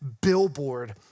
billboard